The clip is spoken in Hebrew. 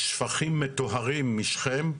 שפכים מטוהרים משכם.